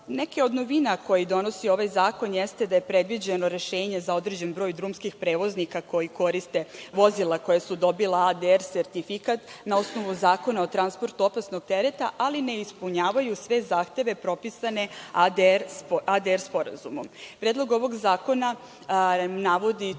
od novina koje donosi ovaj zakon jeste da je predviđeno rešenje za određeni broj drumskih prevoznika koji koriste vozila koja su dobila ADR sertifikat na osnovu Zakona o transportnu opasnost tereta, ali ne ispunjavaju sve zahteve propisane ADR sporazumom. Predlog ovog zakona navodi